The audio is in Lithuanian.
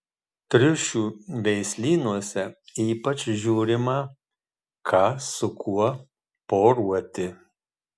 triušių veislynuose ypač žiūrima ką su kuo poruoti